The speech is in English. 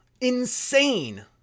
Insane